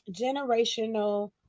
generational